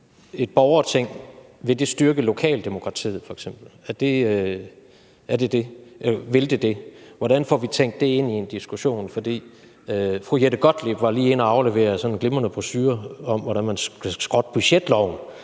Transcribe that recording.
et borgerting f.eks. styrke lokaldemokratiet? Vil det det? Hvordan får vi tænkt det ind i en diskussion? Fru Jette Gottlieb var lige inde at aflevere sådan en glimrende brochure om, hvordan man kan skrotte budgetloven.